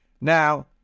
Now